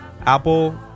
Apple